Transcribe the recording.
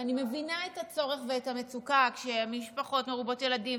ואני מבינה את הצורך ואת המצוקה כשהמשפחות מרובות ילדים,